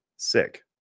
sick